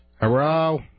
Hello